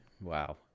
Wow